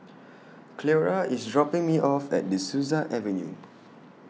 Cleora IS dropping Me off At De Souza Avenue